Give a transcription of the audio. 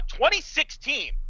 2016